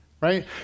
right